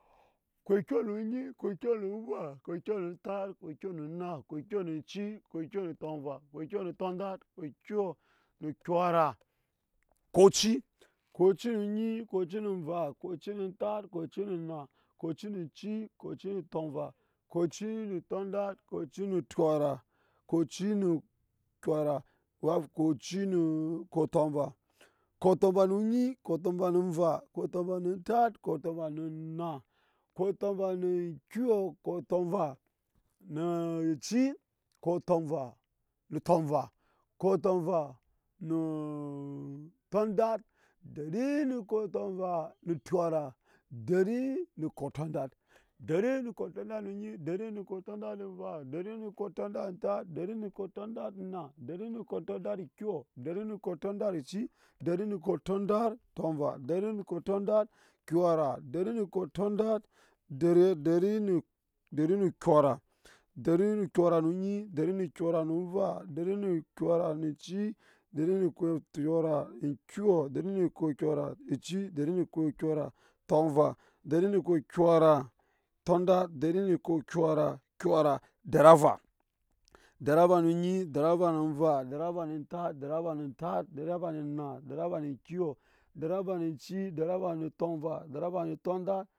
Kop kyɔ nu onyi kop kyɔ nu nva, kopkyo nu tat. kop kyo nu nna kop kyo nu tonat ko kyɔ nu kyora, kop oci, kop oci nu onyi, kop oci nu nva kop oci nu tat kop oci nu nna kop oci nu oci ko oci nu tomva kop oci mu tondat kop oci nu kyora kop oci nu kyɔra we have kop oci no kop tomva kop tonva nu onyi kop tomva mu ova kop tomka